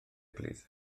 plîs